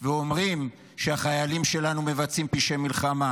ואומרים שהחיילים שלנו מבצעים פשעי מלחמה,